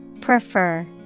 Prefer